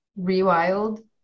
rewild